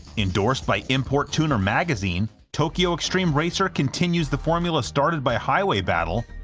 endorsed by import tuner magazine, tokyo extreme racer continues the formula started by highway battle,